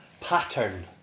pattern